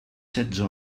setze